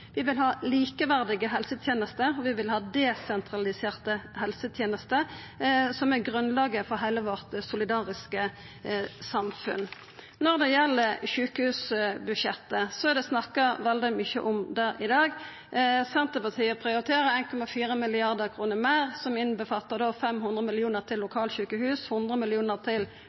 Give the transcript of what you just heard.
Vi vil ha likeverdige helsetenester, og vi vil ha desentraliserte helsetenester, noko som er grunnlaget for heile vårt solidariske samfunn. Når det gjeld sjukehusbudsjettet, er det snakka veldig mykje om det i dag. Senterpartiet prioriterer 1,4 mrd. kr meir, som omfattar 500 mill. kr til lokalsjukehus, 100 mill. kr til